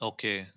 Okay